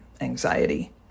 anxiety